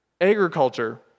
agriculture